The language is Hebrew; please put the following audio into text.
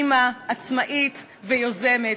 אימא, עצמאית ויוזמת.